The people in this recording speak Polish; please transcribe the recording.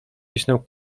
pisnął